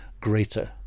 greater